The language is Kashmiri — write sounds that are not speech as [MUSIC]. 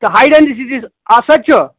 تہٕ ہاے [UNINTELLIGIBLE] آ سۄ تہِ چھُ